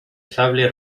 sable